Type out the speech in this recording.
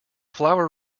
flower